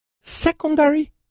secondary